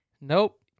Nope